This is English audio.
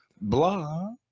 blah